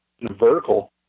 vertical